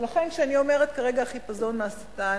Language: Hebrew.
ולכן, כשאני אומרת כרגע: החיפזון מהשטן,